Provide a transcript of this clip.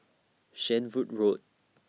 Shenvood Road